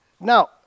now